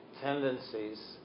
tendencies